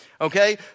okay